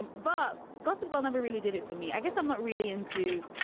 um bubb gossip girl never really did it for me. i guess i'm not really into,